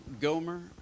Gomer